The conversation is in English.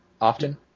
often